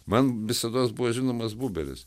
man visados buvo žinomas buberis